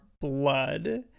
blood